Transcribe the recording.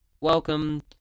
welcome